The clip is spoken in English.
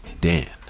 Dan